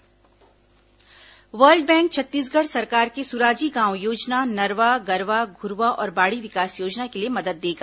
world Bank Suraji Chirag World Bank Chhattisgarh सरकार की सुराजी गांव योजना नरवा गरूवा घुरूवा और बाड़ी विकास योजना के लिए मदद देगा